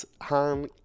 Han